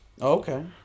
Okay